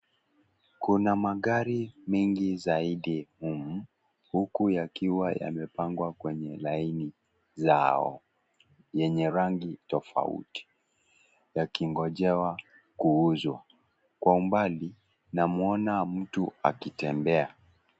Kuna magari mengi zaidi humu, huku yakiwa yamepangwa kwenye laini zao, yenye rangi tofauti, yakigojewa kuuzwa, kwa umbali namuona mtu akitembea.